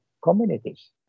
communities